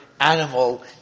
animal